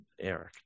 eric